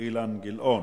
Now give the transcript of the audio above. אילן גילאון,